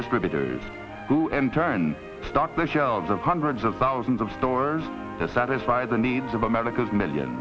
distributors to enter and stock the shelves of hundreds of thousands of stores to satisfy the needs of america's million